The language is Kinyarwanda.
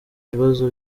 ibibazo